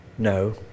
No